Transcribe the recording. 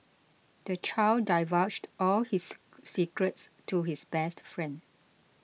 the child divulged all his secrets to his best friend